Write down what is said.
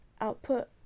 output